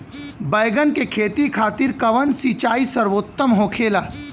बैगन के खेती खातिर कवन सिचाई सर्वोतम होखेला?